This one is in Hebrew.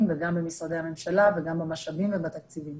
וגם במשרדי הממשלה וגם במשאבים ובתקציבים.